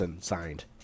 signed